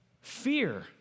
Fear